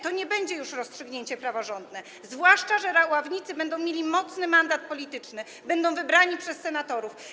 To nie będzie już rozstrzygnięcie praworządne, zwłaszcza że ławnicy będą mieli mocny mandat polityczny, będą wybrani przez senatorów.